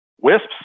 Wisps